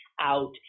out